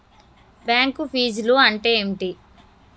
Bank ఫీజ్లు అంటే ఏమిటి?